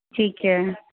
ਠੀਕ ਹੈ